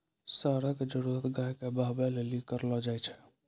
साँड़ा के जरुरत गाय के बहबै लेली करलो जाय छै